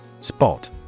Spot